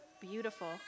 beautiful